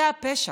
זה הפשע.